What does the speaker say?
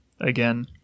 again